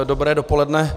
Dobré dopoledne.